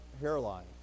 hairline